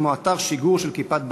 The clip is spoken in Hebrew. כמו אתר שיגור של "כיפת ברזל".